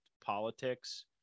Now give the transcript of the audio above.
politics